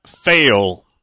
fail